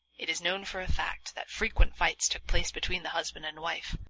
it is known for a fact that frequent fights took place between the husband and wife,